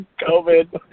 COVID